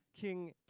king